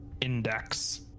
Index